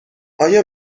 آیا